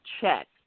check